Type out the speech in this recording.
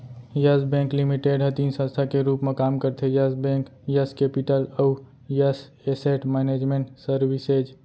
yes Bank Limited ह तीन संस्था के रूप म काम करथे यस बेंक, यस केपिटल अउ यस एसेट मैनेजमेंट सरविसेज